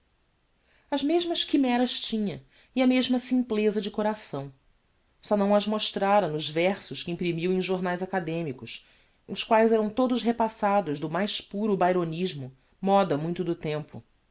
as mesmas chimeras tinha e a mesmas simplesa de coração só não as mostrára nos versos que imprimiu em jornaes academicos os quaes eram todos repassados do mais puro byronismo moda muito do tempo